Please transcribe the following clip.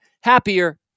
happier